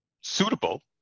suitable